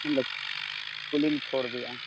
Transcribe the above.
cooling چھوڑ دیا ہے